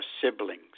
siblings